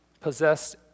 possessed